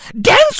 Dance